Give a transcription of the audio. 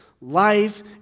life